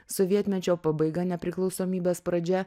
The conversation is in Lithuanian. sovietmečio pabaiga nepriklausomybės pradžia